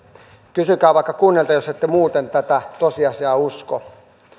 kysykää vaikka kunnilta jos ette muuten tätä tosiasiaa usko